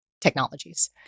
technologies